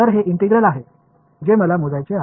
तर हे इंटिग्रल आहे जे मला मोजायचे आहे